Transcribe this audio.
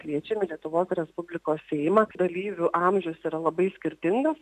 kviečiame lietuvos respublikos seimą dalyvių amžius yra labai skirtingas